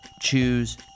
choose